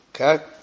Okay